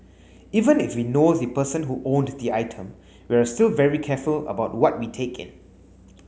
even if we know the person who owned the item we're still very careful about what we take in